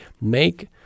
Make